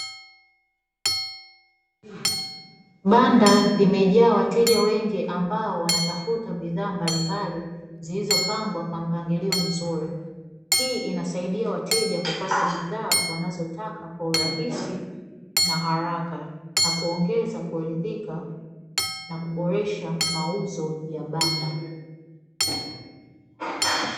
Banda limejaa wateja wengi wanaotafuta bidhaa mbalimbali zilizopangwa kwa mpangilio mzuri, hii inawasaidia wateja kupata bidhaa wanazohitaji wateja kwa urahisi na kwa uharaka na kuogeza kuridhika na kuboresha mauzo ya banda.